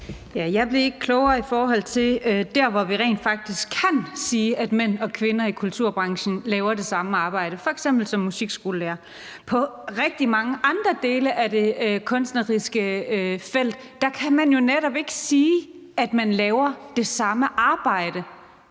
Jeg blev ikke klogere i forhold til der, hvor vi rent faktisk kan sige, at mænd og kvinder i kulturbaggrund laver det samme arbejde, f.eks. som musikskolelærer. På rigtig mange andre områder af det kunstneriske felt kan man jo netop ikke sige, at man laver det samme arbejde,